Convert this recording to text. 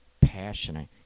passionate